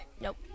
Nope